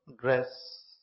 dress